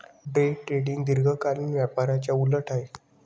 day trading दीर्घकालीन व्यापाराच्या उलट आहे